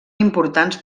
importants